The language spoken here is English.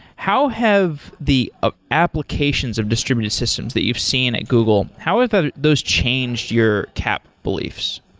how have the ah applications of distributed systems that you've seen at google how have ah those changed your cap beliefs?